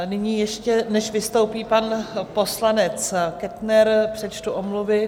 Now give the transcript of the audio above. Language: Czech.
Nyní ještě, než vystoupí pan poslanec Kettner, přečtu omluvy.